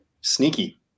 Sneaky